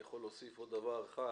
אני יכול להוסיף עוד דבר אחד